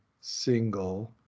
single